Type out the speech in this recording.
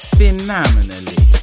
phenomenally